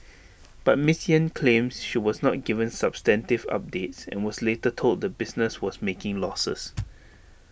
but miss Yen claims she was not given substantive updates and was later told the business was making losses